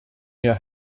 mir